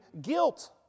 guilt